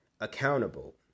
accountable